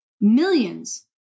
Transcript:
millions